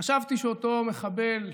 חשבתי שאותו מחבל,